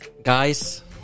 Guys